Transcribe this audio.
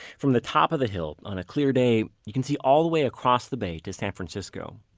from the top of the hill, on a clear day, you can see all the way across the bay to san francisco